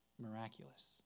miraculous